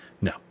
No